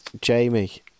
Jamie